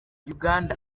uganda